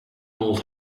old